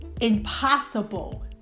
impossible